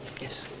Yes